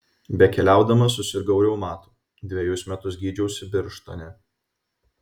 bekeliaudamas susirgau reumatu dvejus metus gydžiausi birštone